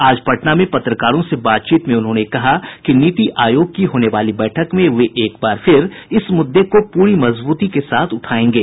आज पटना में पत्रकारों से बातचीत में उन्होंने कहा कि नीति आयोग की होने वाली बैठक में वे एक बार फिर इस मुद्दे को पूरी मजबूती के साथ उठायेंगे